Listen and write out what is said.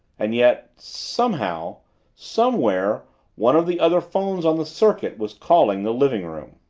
and yet somehow somewhere one of the other phones on the circuit was calling the living-room.